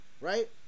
right